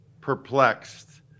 perplexed